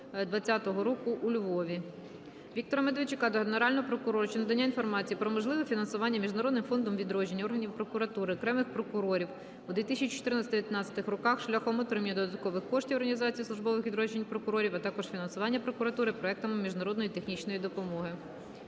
Віктора Медведчука до Генерального прокурора щодо надання інформації про можливе фінансування Міжнародним фондом "Відродження" органів прокуратури, окремих прокурорів у 2014-2019 роках шляхом отримання додаткових коштів, організації службових відряджень прокурорів, а також фінансування прокуратури проектами міжнародної технічної допомоги.